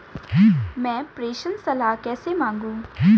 मैं प्रेषण सलाह कैसे मांगूं?